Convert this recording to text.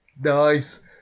Nice